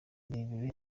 irebere